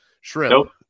shrimp